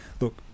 look